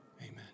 Amen